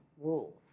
rules